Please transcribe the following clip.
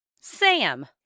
Sam